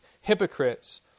hypocrites